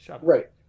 Right